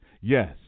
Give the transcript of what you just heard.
Yes